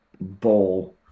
ball